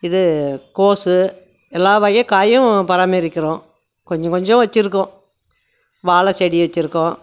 இது கோசு எல்லா வகை காயும் பராமரிக்கிறோம் கொஞ்சம் கொஞ்சம் வச்சியிருக்கோம் வாழை செடி வச்சியிருக்கோம்